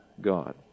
God